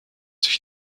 sich